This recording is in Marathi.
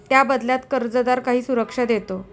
त्या बदल्यात कर्जदार काही सुरक्षा देतो